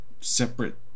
separate